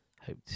hope